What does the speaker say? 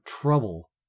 trouble